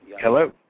Hello